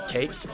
Cake